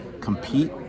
compete